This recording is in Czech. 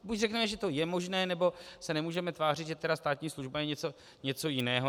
Buď řekneme, že to je možné, nebo se nemůžeme tvářit, že státní služba je něco jiného.